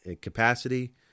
capacity